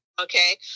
Okay